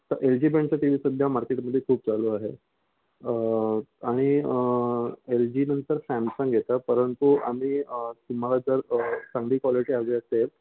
तर L G ब्रँडचा T V सध्या मार्कटमध्ये खूप चालू आहे आणि एल जी नंतर सॅमसंग येतं परंतु आम्ही तुम्हाला जर चांगली क्वालिटी हवी असेल